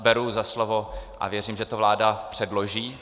Beru vás za slovo a věřím, že to vláda předloží.